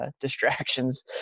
distractions